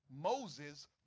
Moses